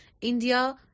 India